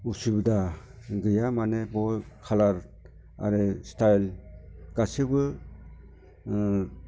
उसुबिदा गैया माने कालार आरो स्टाइल गासिबो